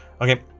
Okay